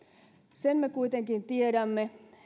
sen me kuitenkin tiedämme